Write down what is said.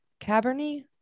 Cabernet